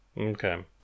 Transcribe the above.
Okay